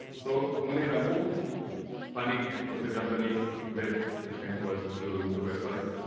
so one example panic was a company that came to us to do the website